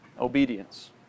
obedience